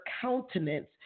countenance